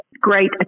great